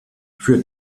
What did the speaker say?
für